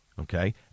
okay